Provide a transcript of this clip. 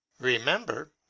remember